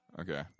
Okay